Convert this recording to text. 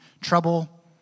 trouble